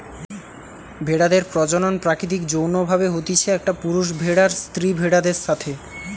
ভেড়াদের প্রজনন প্রাকৃতিক যৌন্য ভাবে হতিছে, একটা পুরুষ ভেড়ার স্ত্রী ভেড়াদের সাথে